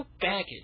baggage